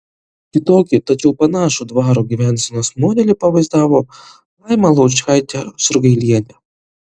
kitokį tačiau panašų dvaro gyvensenos modelį pavaizdavo laima laučkaitė surgailienė